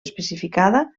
especificada